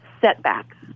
setbacks